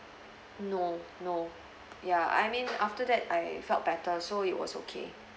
no no ya I mean after that I felt better so it was okay